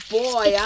boy